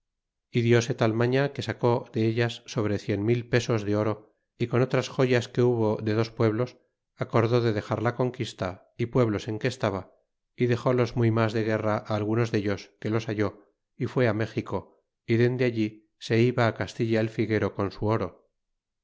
y dióse tal mafía que sacó de ellas sobre cien mil pesos de oro y con otras joyas que hubo de dos pueblos acordó de dexar la conquista é pueblos en que estaba y dexólos muy mas de guerra á algunos dellos que los halló y fue á méxico y dende allí se iba á castilla el figuero con su oro